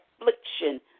affliction